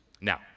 Now